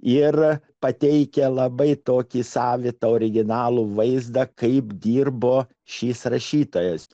ir pateikia labai tokį savitą originalų vaizdą kaip dirbo šis rašytojas